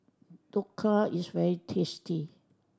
dhokla is very tasty